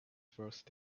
first